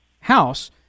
House